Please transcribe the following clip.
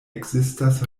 ekzistas